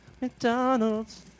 McDonald's